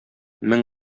мең